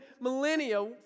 millennia